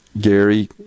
Gary